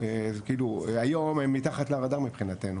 הם היום מתחת לרדאר מבחינתנו,